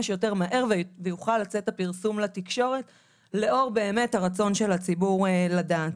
שיותר מהר ויוכל לצאת הפרסום לתקשורת לאור באמת הרצון של הציבור לדעת.